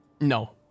No